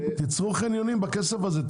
תצרו חניונים בכסף הזה,